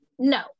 No